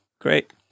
Great